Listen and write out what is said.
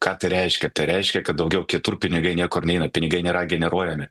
ką tai reiškia tai reiškia kad daugiau kitur pinigai niekur neina pinigai nėra generuojami